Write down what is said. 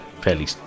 fairly